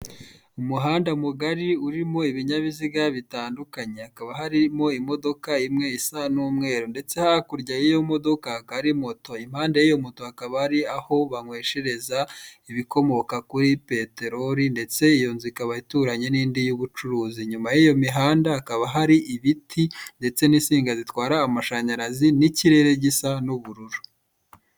Umuhanda mugari urimo ibinyabiziga bitandukanye hakaba harimo imodoka imwe isa nk'umweru, ndetse hakurya yiyo modoka hakaba hari moto iruhande rw'iyo moto hakaba hari aho banyweshereza ibikomoka kuri peterori ndetse iyo nzu ikaba ituranye n'indi y'ubucuruzi inyuma yiyo mihanda hakaba hari ibiti ndetse n'insinga zitwara amashanyarazi n'ikirere gisa ubururu.